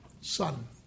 Son